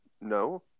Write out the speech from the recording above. no